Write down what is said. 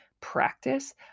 practice